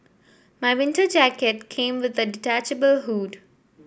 my winter jacket came with a detachable hood